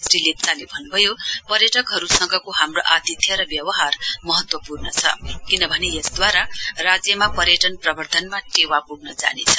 श्री लेप्चाले भन्नुभयो पर्यटकहरुसँगको हाम्रो अतिथ्य र व्यवहार महत्वपूर्ण छ किनभने यसद्वारा राज्यमा पर्यटन प्रवर्ध्दनमा टेवा पुग्न जानेछ